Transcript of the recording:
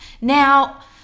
Now